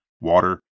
water